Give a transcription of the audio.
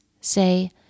Say